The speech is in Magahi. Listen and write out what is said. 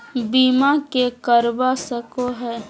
बीमा के करवा सको है?